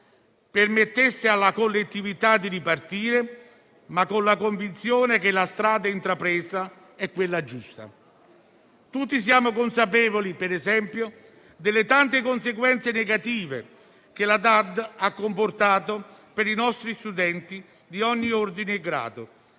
permettesse alla collettività di ripartire, con la convinzione che la strada intrapresa è quella giusta. Tutti siamo consapevoli, per esempio, delle tante conseguenze negative che la didattica a distanza ha comportato per i nostri studenti di ogni ordine e grado